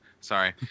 sorry